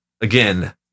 again